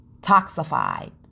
toxified